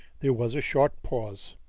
there was a short pause.